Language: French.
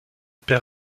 perd